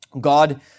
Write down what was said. God